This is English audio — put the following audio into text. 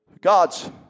God's